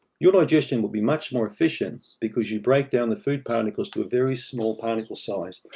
your digestion will be much more efficient because you break down the food particles to a very small particle size.